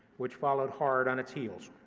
which followed hard on its heels.